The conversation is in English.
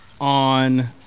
on